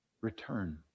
Return